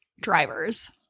drivers